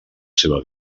seva